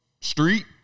street